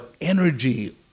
energy